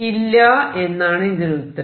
ഇല്ല എന്നാണ് ഇതിനുത്തരം